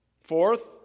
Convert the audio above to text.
Fourth